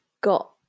got